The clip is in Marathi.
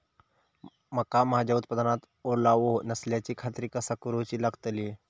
मका माझ्या उत्पादनात ओलावो नसल्याची खात्री कसा करुची लागतली?